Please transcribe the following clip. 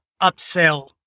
upsell